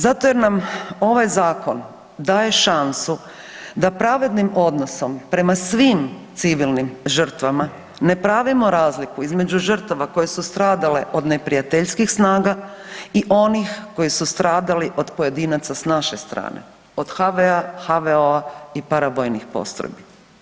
Zato jer nam ovaj zakon daje šansu da pravednim odnosom prema svim civilnim žrtvama ne pravimo razliku između žrtava koje su stradale od neprijateljskih snaga i onih koji su stradali od pojedinaca s naše strane od HV-a, HVO-a i paravojnih postrojbi.